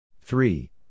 Three